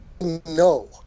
no